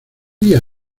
día